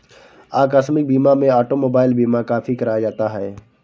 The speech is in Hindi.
आकस्मिक बीमा में ऑटोमोबाइल बीमा काफी कराया जाता है